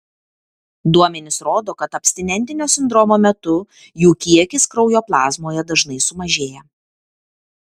duomenys rodo kad abstinentinio sindromo metu jų kiekis kraujo plazmoje dažnai sumažėja